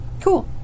Cool